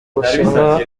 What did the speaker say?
bushinwa